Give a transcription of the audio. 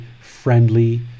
friendly